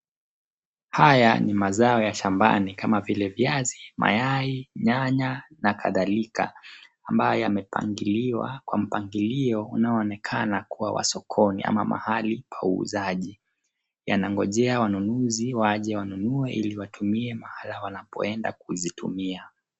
Haya ni mazao ya shambani kama vile viazi, mayai, nyanya na kadhalika ambayo yamepangiliwa kwa mpangilio unaoonekana kuwa wa sokoni ama mahali pa uuzaji. Yanangojea wanaunuzi waje wanunue ili watumie mahala wanapoenda kuzitumia.